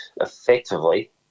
effectively